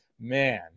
Man